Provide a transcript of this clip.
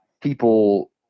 people